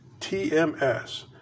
TMS